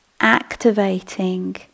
activating